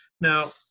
Now